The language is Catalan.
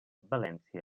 valència